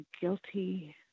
guilty